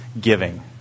giving